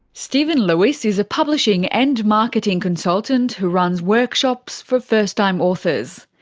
steven lewis is a publishing and marketing consultant who runs workshops for first-time authors.